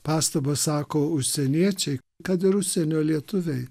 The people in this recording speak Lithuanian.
pastabą sako užsieniečiai kad ir užsienio lietuviai